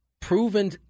proven